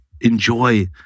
enjoy